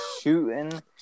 shooting